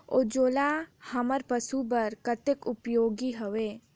अंजोला हमर पशु बर कतेक उपयोगी हवे?